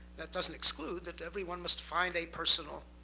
that doesn't exclude that everyone must find a personal